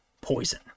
poison